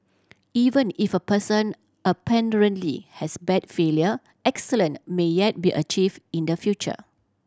even if a person apparently has bad failure excellent may yet be achieve in the future